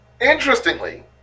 Interestingly